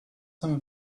some